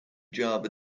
java